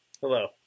Hello